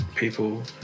people